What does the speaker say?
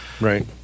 Right